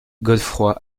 godefroy